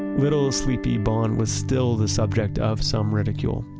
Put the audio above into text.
little sleepy bonn was still the subject of some ridicule.